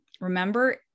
remember